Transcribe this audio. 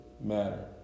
matter